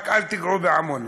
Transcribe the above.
רק אל תיגעו בעמונה,